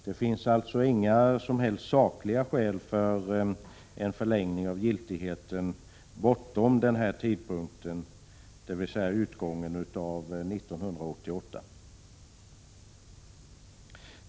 Det finns alltså inga som helst sakliga skäl för en förlängning av giltigheten bortom utgången av 1988.